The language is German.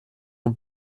und